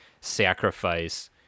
sacrifice